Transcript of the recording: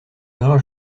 erreur